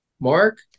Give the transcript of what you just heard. Mark